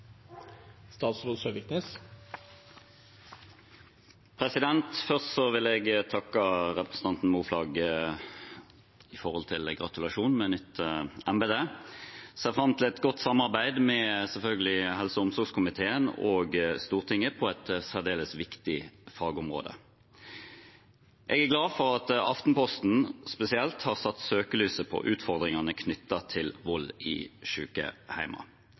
Først vil jeg takke representanten Moflag for gratulasjonen med nytt embete. Jeg ser selvfølgelig fram til et godt samarbeid med helse- og omsorgskomiteen og Stortinget på et særdeles viktig fagområde. Jeg er glad for at Aftenposten spesielt har satt søkelyset på utfordringene knyttet til vold i